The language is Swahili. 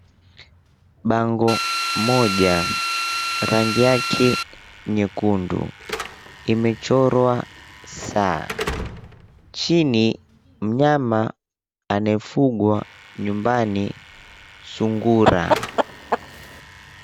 Bango moja rangi yake nyekundu imechorwa saa. Chini mnyama anayefugwa nyumbani sungura.